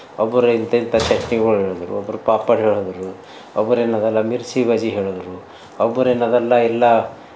ಒಬ್ರು ಇಂಥಿಂಥ ಚಟ್ನಿಗಳು ಹೇಳಿದರು ಒಬ್ಬರು ಪಾಪಡ್ ಹೇಳಿದರು ಒಬ್ರು ಏನದೆಲ್ಲ ಮಿರ್ಚಿ ಬಜ್ಜಿ ಹೇಳಿದರು ಒಬ್ರು ಏನದಲ್ಲ ಎಲ್ಲ